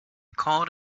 called